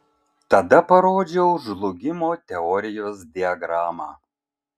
tada parodžiau žlugimo teorijos diagramą